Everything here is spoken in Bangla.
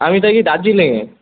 আমি থাকি দার্জিলিংয়ে